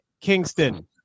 Kingston